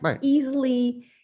easily